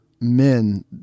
men